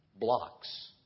blocks